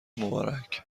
مبارک